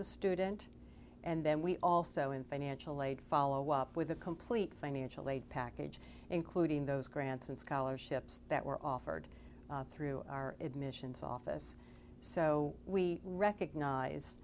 the student and then we also in financial aid follow up with a complete financial aid package including those grants and scholarships that were offered through our admissions office so we recognize